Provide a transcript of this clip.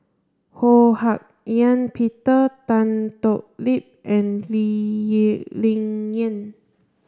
Ho Hak Ean Peter Tan Thoon Lip and Lee Ling Yen